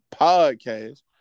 podcast